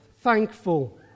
thankful